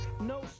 No